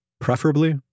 preferably